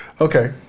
okay